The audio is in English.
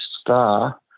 star